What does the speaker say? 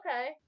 okay